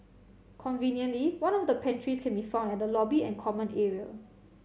conveniently one of the pantries can be found at the lobby and common area